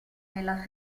nella